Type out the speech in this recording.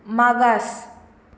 मागास